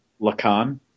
Lacan